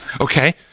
Okay